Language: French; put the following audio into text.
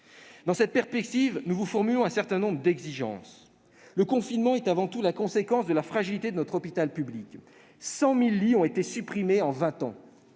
Dans cette perspective, nous formulons un certain nombre d'exigences. Le confinement est avant tout la conséquence de la fragilité de notre hôpital public : 100 000 lits ont été supprimés en vingt ans.